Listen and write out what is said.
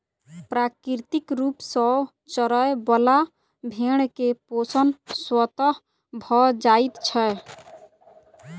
प्राकृतिक रूप सॅ चरय बला भेंड़ के पोषण स्वतः भ जाइत छै